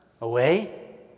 away